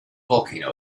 volcano